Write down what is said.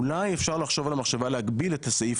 אולי אפשר לחשוב להגביל את הסעיף